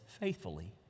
faithfully